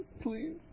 Please